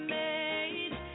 made